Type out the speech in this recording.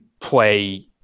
play